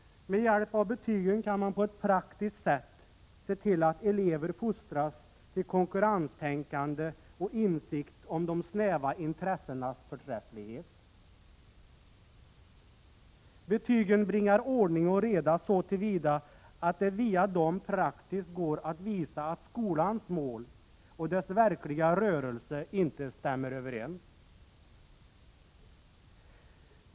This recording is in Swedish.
Med hjälp av betygen kan man på ett praktiskt sätt se till att elever fostras till konkurrenstänkande och insikt om de snäva intressenas förträfflighet. Betygen bringar ordning och reda så till vida att det via dem praktiskt går att visa att skolans mål och dess verkliga rörelse inte stämmer överens.